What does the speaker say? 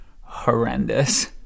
horrendous